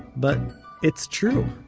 but it's true